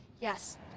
Yes